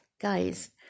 guys